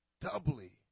doubly